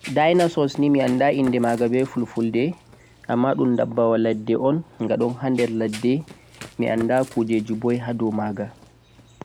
Dinasaurs nii wala endii be fulfulɗe amma ɗun ndabbawa ladde'on